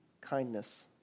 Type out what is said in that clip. kindness